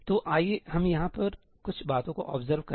तो आइए हम यहाँ पर कुछ बातों को ऑब्जर्व करें